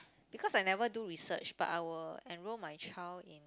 because I never do research but I will enroll my child in